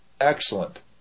excellent